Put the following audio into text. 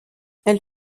elle